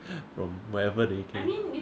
from wherever they can